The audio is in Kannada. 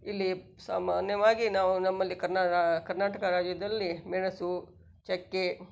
ಇಲ್ಲಿ ಸಾಮಾನ್ಯವಾಗಿ ನಾವು ನಮ್ಮಲ್ಲಿ ಕನ್ನಡ ಕರ್ನಾಟಕ ರಾಜ್ಯದಲ್ಲಿ ಮೆಣಸು ಚಕ್ಕೆ